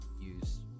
use